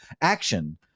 action